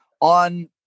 on